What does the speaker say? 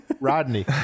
Rodney